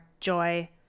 joy